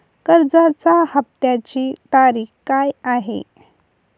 कर्जाचा हफ्त्याची तारीख काय आहे?